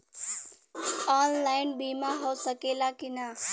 Online बीमा हो सकेला की ना?